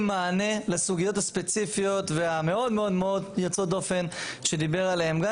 מענה לסוגיות הספציפיות והמאוד מאוד מאוד יוצאות דופן שדיבר עליהם גיא